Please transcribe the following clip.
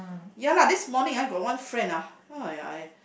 ya lah this morning ah got one friend ah !aiya! I